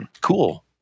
cool